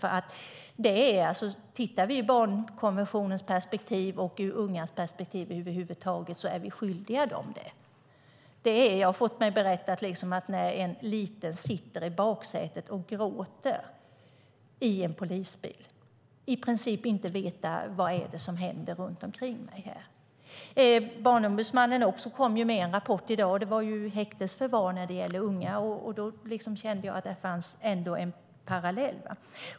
Ur barnkonventionens perspektiv och ur ungas perspektiv över huvud taget är vi skyldiga dem det. Jag har fått mig berättat hur en liten sitter i baksätet på en polisbil, gråter och i princip inte vet vad som händer runt omkring. Barnombudsmannen kom med en rapport i dag om häktesförvar av unga. Jag känner att det finns en parallell.